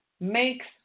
makes